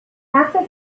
after